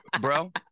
bro